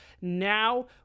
Now